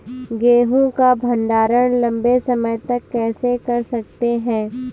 गेहूँ का भण्डारण लंबे समय तक कैसे कर सकते हैं?